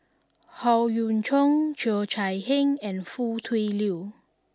Howe Yoon Chong Cheo Chai Hiang and Foo Tui Liew